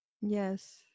yes